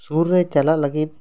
ᱥᱩᱨ ᱨᱮ ᱪᱟᱞᱟᱜ ᱞᱟᱹᱜᱤᱫ